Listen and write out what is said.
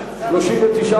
לסעיף 9 נתקבלה.